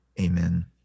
Amen